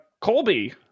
colby